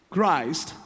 Christ